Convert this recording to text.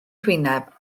hwyneb